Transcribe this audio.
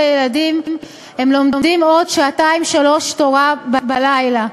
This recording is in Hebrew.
הילדים הם לומדים עוד שעתיים שלוש תורה בלילה.